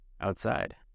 outside